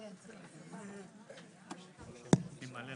הישיבה ננעלה